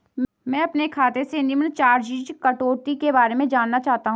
मैं अपने खाते से निम्न चार्जिज़ कटौती के बारे में जानना चाहता हूँ?